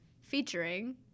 Featuring